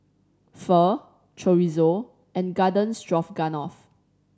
Pho Chorizo and Garden Stroganoff